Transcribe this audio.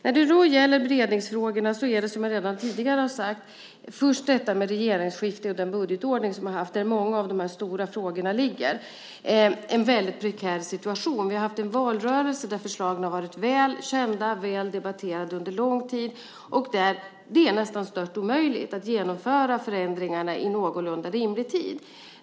När det gäller beredningsfrågorna är det, som jag redan tidigare har sagt, först med anledning av detta med att regeringsskiftet och den budgetordning som vi har haft, där många av de här stora frågorna ligger, en väldigt prekär situation. Vi har haft en valrörelse där förslagen har varit väl kända och väl debatterade under lång tid, men det är nästan stört omöjligt att genomföra förändringarna i någorlunda rimlig tid.